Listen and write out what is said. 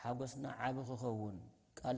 how i